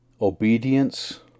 Obedience